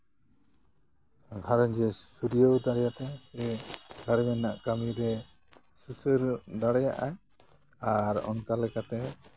ᱜᱷᱟᱨᱚᱸᱡᱽ ᱮ ᱥᱟᱹᱨᱭᱟᱹᱣ ᱫᱟᱲᱮᱭᱟᱛᱟᱭᱟ ᱥᱮ ᱜᱷᱟᱨᱚᱸᱡᱽ ᱨᱮᱱᱟᱜ ᱠᱟᱹᱢᱤ ᱨᱮ ᱥᱩᱥᱟᱹᱨ ᱫᱟᱲᱮᱭᱟᱜᱼᱟᱭ ᱟᱨ ᱚᱱᱠᱟ ᱞᱮᱠᱟᱛᱮ